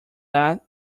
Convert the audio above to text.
that